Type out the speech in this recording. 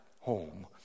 home